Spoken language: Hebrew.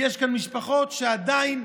יש כמה משפחות שעדיין,